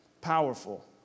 Powerful